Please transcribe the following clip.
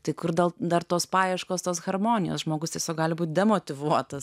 tai kur gal dar tos paieškos tos harmonijos žmogus tiesiog gali būti demotyvuotas